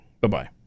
Bye-bye